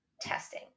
testing